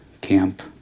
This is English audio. camp